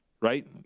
right